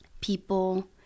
people